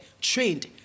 trained